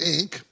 Inc